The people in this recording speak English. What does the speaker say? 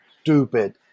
stupid